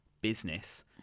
business